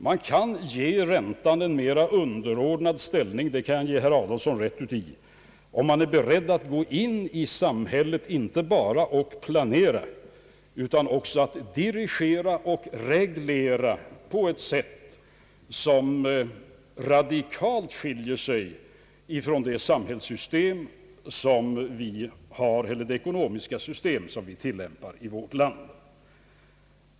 Jag kan ge herr Adolfsson rätt i att räntan intar en mera underordnad ställning i samhällen som inte bara planerar, utan också dirigerar och reglerar sin ekonomi på ett sätt, som radikalt skiljer sig från det ekonomiska system som vi tillämpar i vårt land.